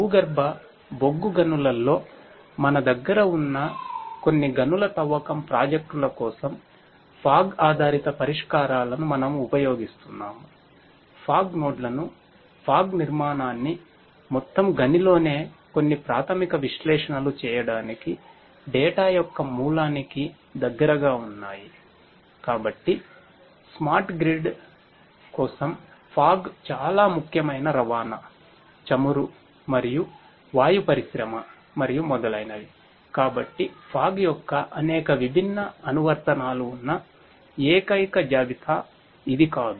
భూగర్భ బొగ్గు గనులలో మన దగ్గర ఉన్న కొన్ని గనుల తవ్వకం ప్రాజెక్టుల కోసం ఫాగ్ యొక్క అనేక విభిన్న అనువర్తనాలు ఉన్న ఏకైక జాబితా ఇది కాదు